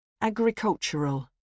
agricultural